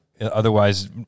otherwise